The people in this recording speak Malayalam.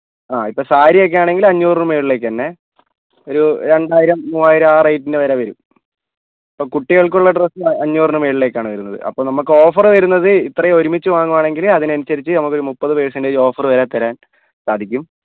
ആ ഇപ്പോൾ സാരി ഒക്കെ ആണെങ്കിൽ അഞ്ഞൂറിന് മുകളിലേക്കുതന്നെ ഒരു രണ്ടായിരം മൂവായിരം ആ റേറ്റിൻ്റെ വരെ വരും അപ്പോൾ കുട്ടികൾക്കുള്ള ഡ്രസ്സിന് അഞ്ഞൂറിന് മുകളിലേക്കാണ് വരുന്നത് അപ്പോൾ നമുക്ക് ഓഫറ് വരുന്നത് ഇത്രയും ഒരുമിച്ച് വാങ്ങുകയാണെങ്കിൽ അതിനനുസരിച്ച് നമുക്ക് ഒരു മുപ്പത് പെഴ്സെൻ്റേജ് ഓഫർ വരെ തരാൻ സാധിക്കും